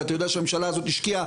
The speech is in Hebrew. ואתה יודע שהממשלה הזאת השקיעה